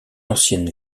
ancienne